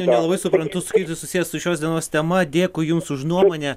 nelabai suprantu kaip tai susiję su šios dienos tema dėkui jums už nuomonę